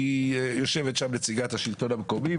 כי יושבת שם נציגת השלטון המקומי,